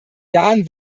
jahren